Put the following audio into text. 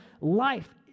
Life